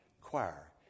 choir